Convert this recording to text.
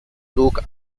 look